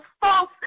false